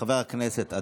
חבר הכנסת,